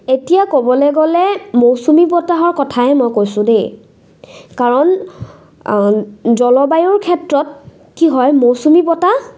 এতিয়া ক'বলৈ গ'লে মৌচুমী বতাহৰ কথাই মই কৈছোঁ দেই কাৰণ জলবায়ুৰ ক্ষেত্ৰত কি হয় মৌচুমী বতাহ